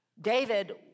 David